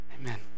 Amen